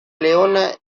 leona